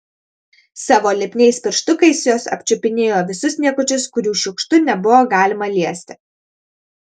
savo lipniais pirštukais jos apčiupinėjo visus niekučius kurių šiukštu nebuvo galima liesti